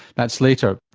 that's later.